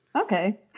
Okay